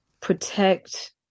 protect